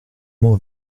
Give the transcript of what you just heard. more